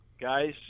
guys